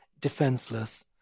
defenseless